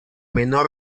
menor